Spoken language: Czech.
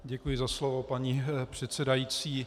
Děkuji za slovo, paní předsedající.